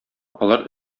алар